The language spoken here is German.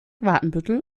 watenbüttel